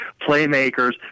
playmakers